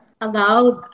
Allowed